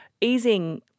easing